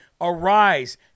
Arise